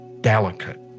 delicate